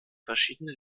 verschiedene